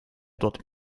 dort